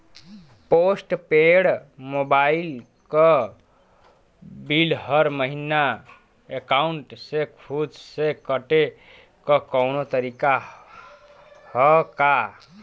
Post paid mobile क bill हर महिना एकाउंट से खुद से कटे क कौनो तरीका ह का?